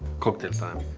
cocktail time!